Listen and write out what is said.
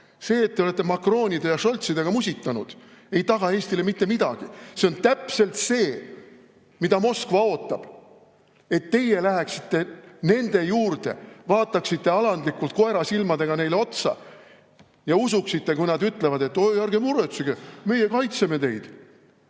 See, et te olete Macronide ja Sholzidega musitanud, ei taga Eestile mitte midagi. See on täpselt see, mida Moskva ootab: et teie läheksite nende juurde, vaataksite alandlikult koerasilmadega neile otsa ja usuksite, kui nad ütlevad, et ärge muretsege, meie kaitseme teid,